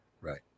Right